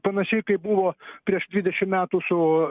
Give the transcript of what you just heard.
panašiai kaip buvo prieš dvidešimt metų su